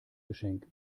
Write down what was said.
geschenk